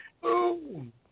Boom